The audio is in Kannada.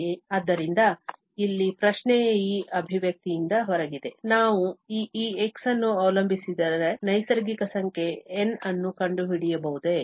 ಆದ್ದರಿಂದ ಇಲ್ಲಿ ಪ್ರಶ್ನೆಯು ಈ ಅಭಿವ್ಯಕ್ತಿಯಿಂದ ಹೊರಗಿದೆ ನಾವು x ಅನ್ನು ಅವಲಂಬಿಸಿರದ ನೈಸರ್ಗಿಕ ಸಂಖ್ಯೆ N ಅನ್ನು ಕಂಡುಹಿಡಿಯಬಹುದೇ